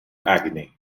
agony